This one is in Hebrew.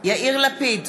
יאיר לפיד,